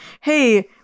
hey